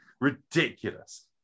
Ridiculous